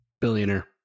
Billionaire